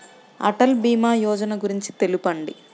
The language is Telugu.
అటల్ భీమా యోజన గురించి తెలుపండి?